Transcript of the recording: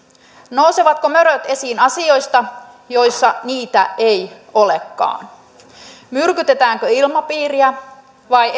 nousevatko möröt esiin asioista joissa niitä ei olekaan myrkytetäänkö ilmapiiriä vai